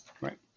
Right